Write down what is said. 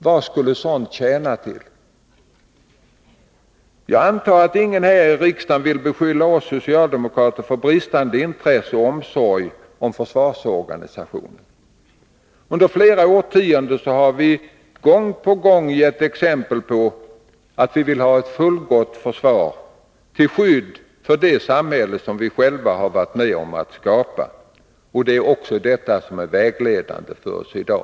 Vad skulle sådant tjäna till? Jag antar att ingen här i riksdagen vill beskylla oss socialdemokrater för bristande intresse för och omsorg om försvarsorganisationen. Under flera årtionden har vi gång på gång gett exempel på att vi vill ha ett fullgott försvar till skydd för det samhälle som vi själva har varit med om att skapa. Det är detta som vägleder oss också i dag.